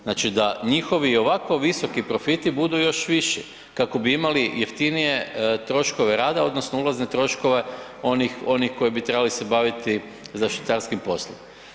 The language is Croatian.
Znači da njihovi i ovako visoki profiti budu još viši kako bi imali jeftinije troškove odnosno ulazne troškove onih koji bi trebali se baviti zaštitarskim poslom.